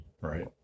right